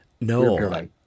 No